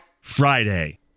Friday